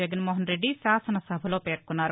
జగన్మోహన్రెద్ది శాసనసభలో పేర్కొన్నారు